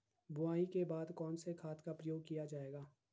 बुआई के बाद कौन से खाद का प्रयोग किया जायेगा?